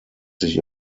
sich